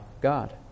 God